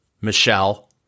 Michelle